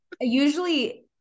usually